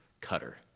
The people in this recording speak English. Cutter